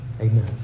Amen